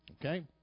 Okay